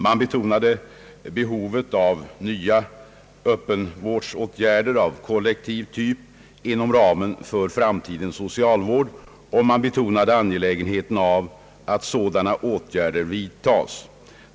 Man betonade behovet av nya öppenvårdsåtgärder av kollektiv typ inom ramen för framtidens socialvård, och man betonade angelägenheten av att sådana åtgärder vidtas.